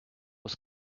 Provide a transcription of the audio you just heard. was